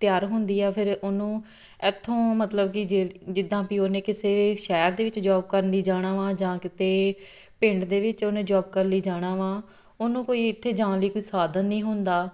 ਤਿਆਰ ਹੁੰਦੀ ਆ ਫਿਰ ਉਹਨੂੰ ਇੱਥੋਂ ਮਤਲਬ ਕਿ ਜੇ ਜਿੱਦਾਂ ਵੀ ਉਹਨੇ ਕਿਸੇ ਸ਼ਹਿਰ ਦੇ ਵਿੱਚ ਜੋਬ ਕਰਨ ਲਈ ਜਾਣਾ ਵਾ ਜਾਂ ਕਿਤੇ ਪਿੰਡ ਦੇ ਵਿੱਚ ਉਹਨੇ ਜੋਬ ਕਰਨ ਲਈ ਜਾਣਾ ਵਾ ਉਹਨੂੰ ਕੋਈ ਇੱਥੇ ਜਾਣ ਲਈ ਕੋਈ ਸਾਧਨ ਨਹੀਂ ਹੁੰਦਾ